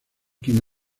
quien